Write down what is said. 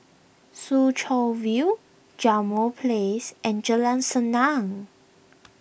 Soo Chow View Jambol Place and Jalan Senang